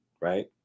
right